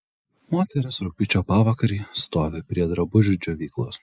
moteris rugpjūčio pavakarį stovi prie drabužių džiovyklos